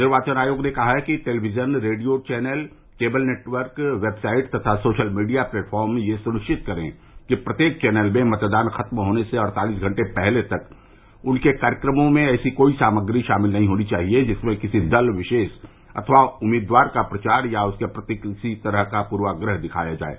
निर्वाचन आयोग ने कहा है कि television radio channel cable network website तथा सोशल मीडिया प्लेटफॉर्म यह सुनिश्चित करें कि प्रत्येक चैनल में मतदान खत्म होने से अड़तालिस घंटे पहले तक उनके कार्यक्रमों में ऐसी कोई सामग्री शामिल नहीं होनी चाहिए जिसमें किसी दल विशेष अथवा उम्मीदवार का प्रचार या उसके प्रति किसी तरह का पूर्वाग्रह दिखाया जाये